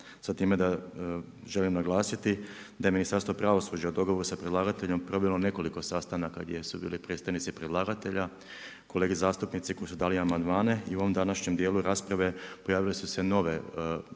sa time da želim naglasiti da je Ministarstvo pravosuđa u dogovoru sa predlagateljem provelo nekoliko sastanaka gdje su bili predstavnici predlagatelja, kolege zastupnici koji su dali amandmane i u ovom današnjem dijelu rasprave pojavile su se nove